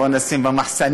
בוא נשים במחסנים,